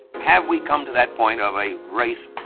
have we come to that point of a race